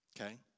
okay